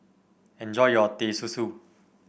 enjoy your Teh Susu